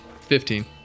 Fifteen